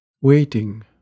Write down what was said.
waiting